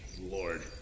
Lord